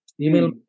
email